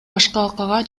башкалкага